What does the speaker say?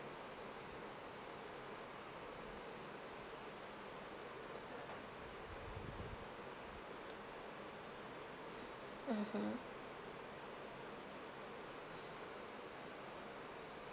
mmhmm